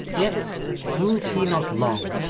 yet ruled he not long,